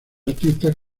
artistas